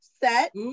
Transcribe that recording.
set